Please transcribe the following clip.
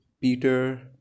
Peter